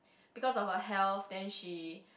because of her health then she